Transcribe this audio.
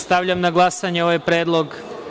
Stavljam na glasanje ovaj predlog.